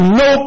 no